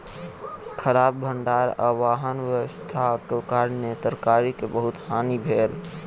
खराब भण्डार आ वाहन व्यवस्थाक कारणेँ तरकारी के बहुत हानि भेल